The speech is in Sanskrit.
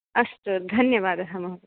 अस्तु धन्यवादः महोदय